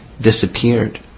disappeared